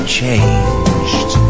changed